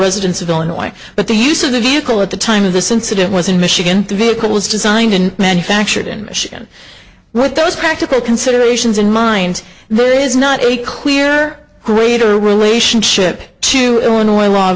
residents of illinois but the use of the vehicle at the time of this incident was in michigan vehicles designed and manufactured in michigan with those practical considerations in mind there is not a clear greater relationship to illinois law